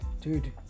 Dude